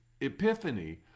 epiphany